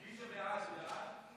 מי שבעד, זה בעד.